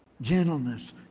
Gentleness